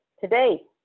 today